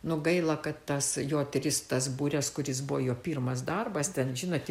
nu gaila kad tas jo tris tas bures kuris buvo jo pirmas darbas ten žinot